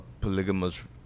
polygamous